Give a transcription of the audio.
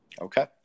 Okay